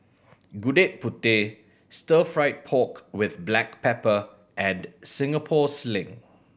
Gudeg Putih Stir Fried Pork With Black Pepper and Singapore Sling